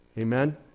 Amen